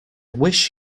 wish